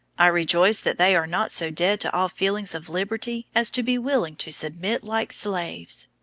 i rejoice that they are not so dead to all feelings of liberty as to be willing to submit like slaves!